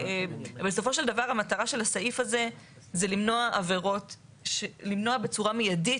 בסופו של דבר המטרה של הסעיף זה זה למנוע בצורה מיידית